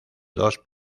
dos